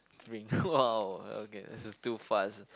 !wow! okay this is too fast